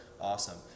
awesome